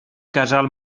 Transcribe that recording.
casal